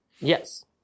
Yes